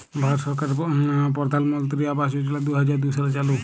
ভারত সরকারের পরধালমলত্রি আবাস যজলা দু হাজার দু সালে চালু